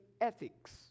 ethics